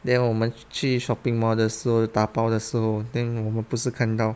then 我们去 shopping mall 的时候打包的时候 then 我们不是看到